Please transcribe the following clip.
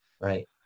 right